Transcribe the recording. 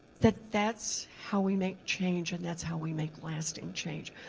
that's that's how we make change and that's how we make lasting change.